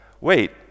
wait